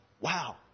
wow